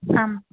आम्